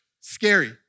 Scary